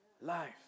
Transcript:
life